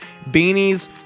Beanies